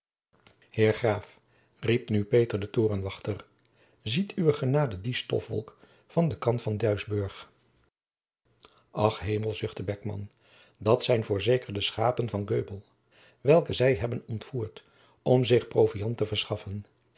heer graaf riep nu peter de torenwachter ziet uwe genade die stofwolk van den kant van duisburg ach hemel zuchtte beckman dat zijn voorzeker de schapen van göbel welke zij hebben ontvoerd om zich proviand te verschaffen